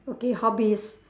okay hobbies